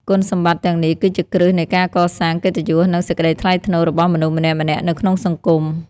គុណសម្បត្តិទាំងនេះ គឺជាគ្រឹះនៃការកសាង កិត្តិយស និង សេចក្តីថ្លៃថ្នូរ របស់មនុស្សម្នាក់ៗនៅក្នុងសង្គម។